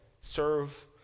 serve